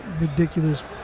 ridiculous